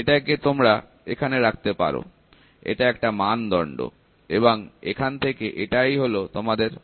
এটাকে তোমরা এখানে রাখতে পারো এটা একটা মানদন্ড এবং এখান থেকে এটাই হলো তোমাদের প্রাপ্য